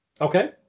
okay